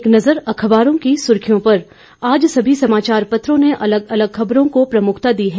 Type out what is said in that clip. एक नज़र अखबारों की सुर्खियों पर आज सभी समाचार पत्रों ने अलग अलग खबरों को प्रमुखता दी है